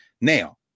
Now